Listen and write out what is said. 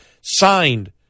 signed